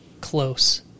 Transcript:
close